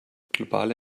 globale